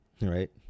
right